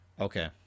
okay